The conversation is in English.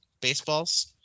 baseballs